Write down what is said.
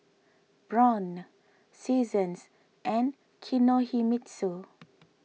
Braun Seasons and Kinohimitsu